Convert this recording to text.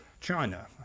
China